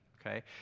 okay